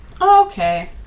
Okay